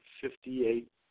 fifty-eight